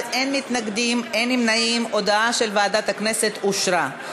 בקטינים הם בקטינים עם מוגבלות מוועדת העבודה,